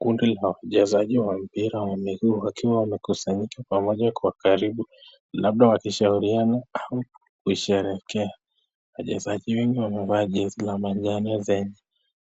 Kundi la wachezaji Wa mpira wakiwa wamekusanyika kwa pamoja, labda wakishahuriana au kusherekea. Wachezaji wengi wamevaa jezi za manjano zenye